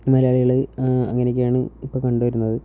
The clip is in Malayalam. മലയാളികൾ അങ്ങനെയൊക്കെയാണ് ഇപ്പോൾ കണ്ടുവരുന്നത്